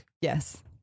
Yes